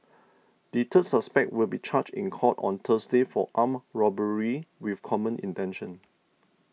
the third suspect will be charged in court on Thursday for armed robbery with common intention